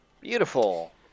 Beautiful